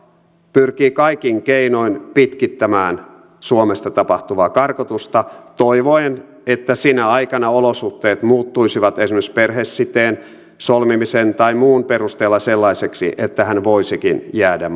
pyrkii kaikin keinoin pitkittämään suomesta tapahtuvaa karkotusta toivoen että sinä aikana olosuhteet muuttuisivat esimerkiksi perhesiteen solmimisen tai muun perusteella sellaisiksi että hän voisikin jäädä